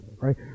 right